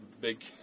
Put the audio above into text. big